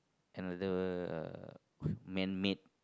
another uh man made